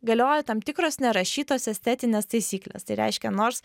galioja tam tikros nerašytos estetinės taisyklės tai reiškia nors